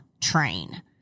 train